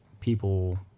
people